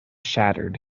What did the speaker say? shattered